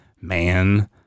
Man